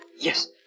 Yes